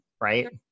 right